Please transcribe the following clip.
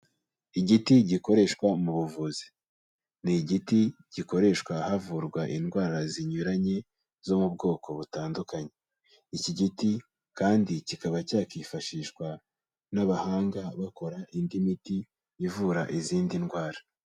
Igiti gikoreshwa mu buvuzi, ni igiti gikoreshwa havurwa indwara zinyuranye zo mu bwoko butandukanye. Iki giti kandi kikaba cyakifashishwa n'abahanga bakora indi miti ivura izindi ndwara.